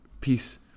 peace